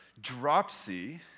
dropsy